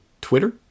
Twitter